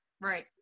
Right